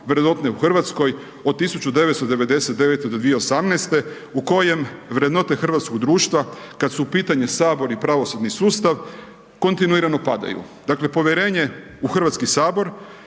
razumije./… u Hrvatskoj od 1999.-2018. u kojem vrednote hrvatskog društva, kada su u pitanju Sabor i pravosudni sustav, kontinuirano padaju. Dakle, povjerenje u Hrvatski sabor,